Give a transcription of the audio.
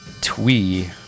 twee